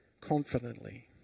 confidently